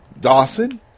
Dawson